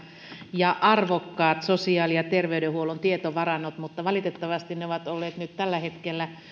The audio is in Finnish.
ja arvokkaat sosiaali ja terveydenhuollon tietovarannot mutta valitettavasti ne ovat olleet nyt tällä hetkellä